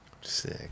Sick